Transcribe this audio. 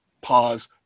pause